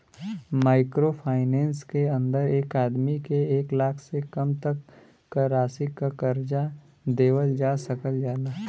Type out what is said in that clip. micro finance के अंदर एक आदमी के एक लाख से कम तक क राशि क कर्जा देवल जा सकल जाला